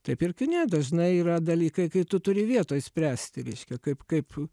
taip ir kine dažnai yra dalykai kai tu turi vietoj spręsti reiškia kaip kaip